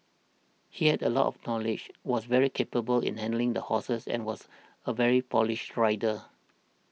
he had a lot of knowledge was very capable in handling the horses and was a very polished rider